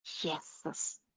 Yes